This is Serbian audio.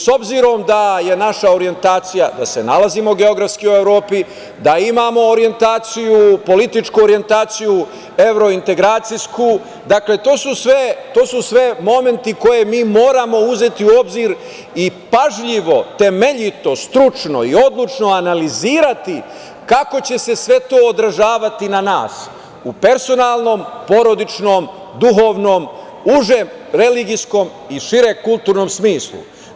S obzirom da je naša orjentacija da se nalazimo geografski u Evropi, da imamo političku orjentaciju evrointegracijsku, to su sve momenti koje mi moramo uzeti u obzir i pažljivo, temeljito, stručno i odlučno analizirati kako će se sve to održavati na nas u personalnom, porodičnom, duhovnom, uže religijskom i šire kulturnom smislu.